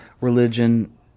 Religion